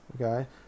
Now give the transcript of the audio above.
Okay